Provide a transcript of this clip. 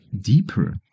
deeper